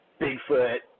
Bigfoot